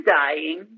dying